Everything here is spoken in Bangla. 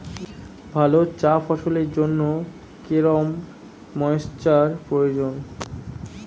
ভালো চা ফলনের জন্য কেরম ময়স্চার প্রয়োজন?